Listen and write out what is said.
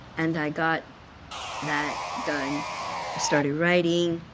and i got that done. i started writing,